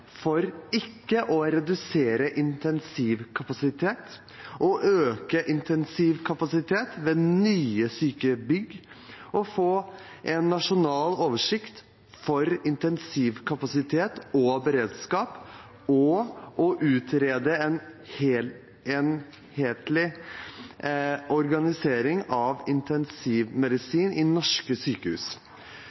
for ikke å redusere intensivkapasiteten å øke intensivkapasiteten ved nye sykehusbygg å få en nasjonal oversikt for intensivkapasitet og beredskap å utrede en enhetlig organisering av intensivmedisin i norske sykehus